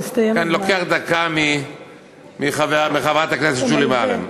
אני לוקח דקה מחברת הכנסת שולי מועלם.